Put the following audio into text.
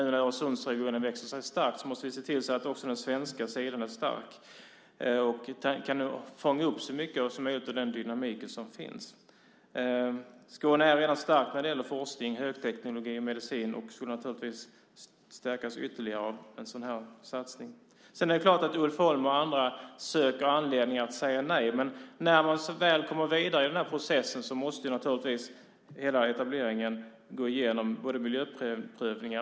Nu när Öresundsregionen växer sig stark måste vi se till så att också den svenska sidan är stark och kan fånga upp så mycket som möjligt av den dynamik som finns. Skåne är redan starkt när det gäller forskning, högteknologi och medicin och skulle naturligtvis stärkas ytterligare av en sådan här satsning. Det är klart att Ulf Holm och andra söker anledningar att säga nej. Men när man kommer vidare i den här processen måste naturligtvis hela etableringen gå igenom miljöprövningar.